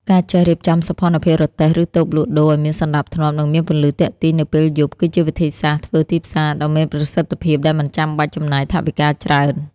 ការចេះរៀបចំសោភ័ណភាពរទេះ ឬតូបលក់ដូរឱ្យមានសណ្ដាប់ធ្នាប់ និងមានពន្លឺទាក់ទាញនៅពេលយប់ គឺជាវិធីសាស្ត្រធ្វើទីផ្សារដ៏មានប្រសិទ្ធភាពដែលមិនចាំបាច់ចំណាយថវិកាច្រើន។